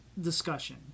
discussion